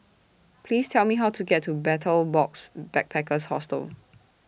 Please Tell Me How to get to Betel Box Backpackers Hostel